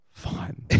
Fine